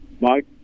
Mike